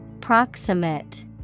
Proximate